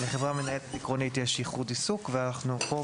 לחברה מנהלת עקרונית יש ייחוד עיסוק ואנחנו כאן